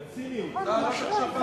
כאן.